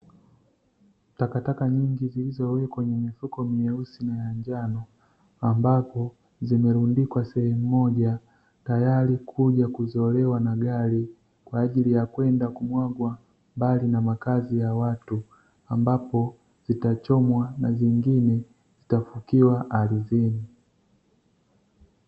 Takataka nyingi zilizowekwa kwenye mifuko meusi na ya njano, ambapo zimerundikwa sehemu moja, tayari kuja kuzolewa na gari kwa ajili ya kwenda kumwagwa mbali na makazi ya watu, ambapo zitachomwa na nyingine zitafukiwa ardhini.